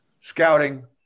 scouting